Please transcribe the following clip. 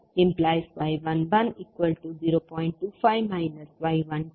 25 y12 0